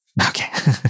Okay